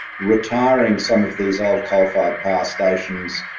retiring some of these old coal fired power stations.